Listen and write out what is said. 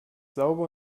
sauber